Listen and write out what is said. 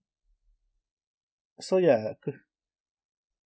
so ya